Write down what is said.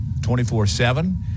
24-7